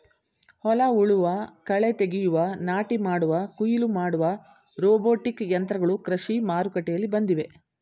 ಹೊಲ ಉಳುವ, ಕಳೆ ತೆಗೆಯುವ, ನಾಟಿ ಮಾಡುವ, ಕುಯಿಲು ಮಾಡುವ ರೋಬೋಟಿಕ್ ಯಂತ್ರಗಳು ಕೃಷಿ ಮಾರುಕಟ್ಟೆಯಲ್ಲಿ ಬಂದಿವೆ